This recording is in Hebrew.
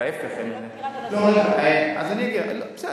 ההיפך, אני לא מכירה את הנושא.